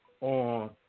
on